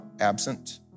absent